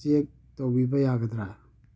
check ꯇꯧꯕꯤꯕ ꯌꯥꯒꯗ꯭ꯔꯥ